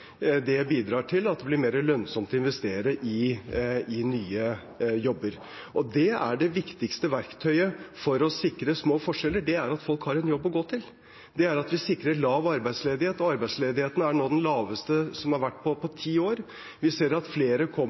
Det bidrar til at det blir mer lønnsomt å investere i nye jobber. Det viktigste verktøyet for å sikre små forskjeller er at folk har en jobb å gå til. Det er å sikre lav arbeidsledighet, og arbeidsledigheten er nå den laveste på ti år. Vi ser at flere